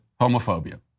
homophobia